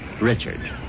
Richard